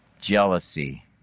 jealousy